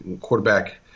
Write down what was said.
quarterback